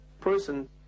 person